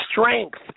strength